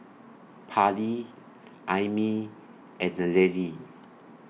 Parley Aimee and Nallely